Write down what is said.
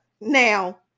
now